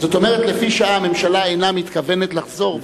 זאת אומרת: לפי שעה הממשלה אינה מתכוונת לחזור בה.